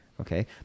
okay